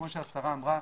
כמו שהשרה אמרה,